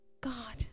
God